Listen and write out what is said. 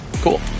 cool